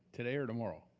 today or tomorrow?